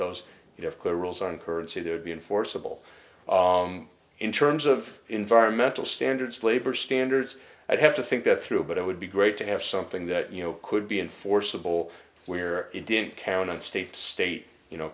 those you have clear rules on currency to be enforceable in terms of environmental standards labor standards i'd have to think that through but it would be great to have something that you know could be enforceable where it didn't count on state state you know